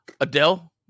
Adele